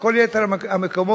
כל יתר המקומות,